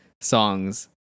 songs